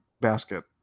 basket